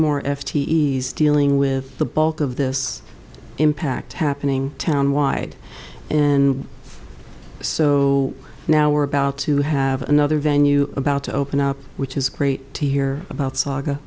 t s dealing with the bulk of this impact happening town wide and so now we're about to have another venue about to open up which is great to hear about saga